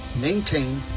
maintain